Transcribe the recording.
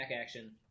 action